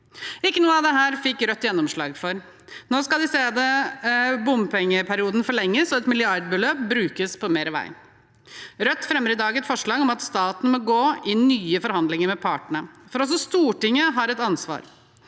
Ikke noe av dette fikk Rødt gjennomslag for. Nå skal isteden bompengeperioden forlenges og et milliardbeløp brukes på mer vei. Rødt fremmer i dag et forslag om at staten må gå i nye forhandlinger med partene, for også Stortinget har et ansvar.